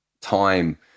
time